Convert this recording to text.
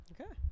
Okay